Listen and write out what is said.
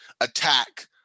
attack